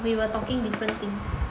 we were talking different thing